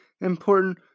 important